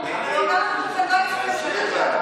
אולי אתה מכיר,